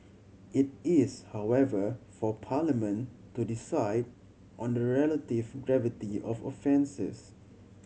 it is however for Parliament to decide on the relative gravity of offences